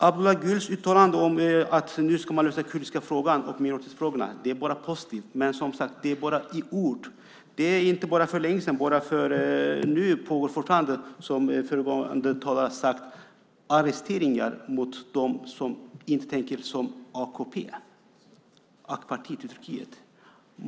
Abdullah Güls uttalande om att man nu ska lösa den kurdiska frågan och minoritetsfrågorna är bara positivt, men det är som sagt bara ord. Det pågår fortfarande, som föregående talare har sagt, arresteringar av dem som inte tänker som AKP, regeringspartiet i Turkiet.